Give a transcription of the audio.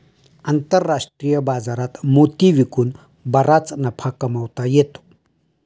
आंतरराष्ट्रीय बाजारात मोती विकून बराच नफा कमावता येतो